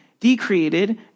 decreated